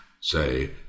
Say